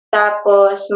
tapos